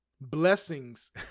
blessings